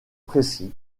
précis